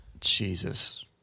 Jesus